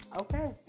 Okay